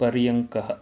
पर्यङ्कः